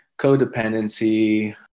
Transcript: codependency